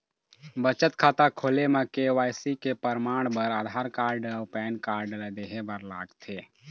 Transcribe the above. बचत खाता खोले म के.वाइ.सी के परमाण बर आधार कार्ड अउ पैन कार्ड ला देहे बर लागथे